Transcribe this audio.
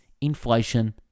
inflation